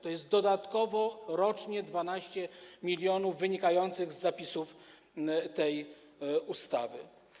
To jest dodatkowo rocznie 12 mln wynikających z zapisów tej ustawy.